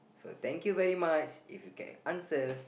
so thank you very much if you can answer